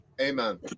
Amen